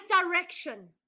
direction